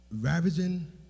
ravaging